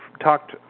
talked